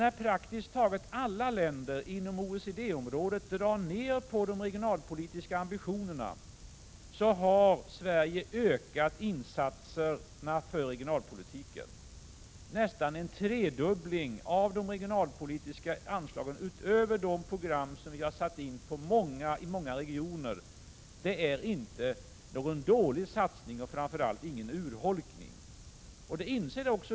När praktiskt taget alla länder inom OECD-området drar ned på de regionalpolitiska ambitionerna har Sverige ökat insatserna för regionalpolitiken. Det har gjorts nästan en tredubbling av de regionalpolitiska anslagen utöver de program som vi har satt in i många regioner. Detta är inte någon dålig satsning och framför allt ingen urholkning.